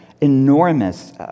enormous